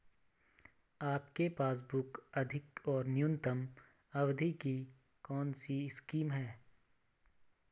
आपके पासबुक अधिक और न्यूनतम अवधि की कौनसी स्कीम है?